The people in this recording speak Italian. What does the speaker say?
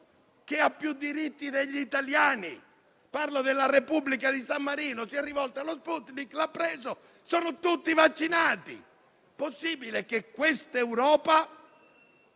che ha più diritti degli italiani: parlo della Repubblica di San Marino. Si è rivolta allo Sputnik, l'ha preso e sono tutti vaccinati. Possibile che questa Europa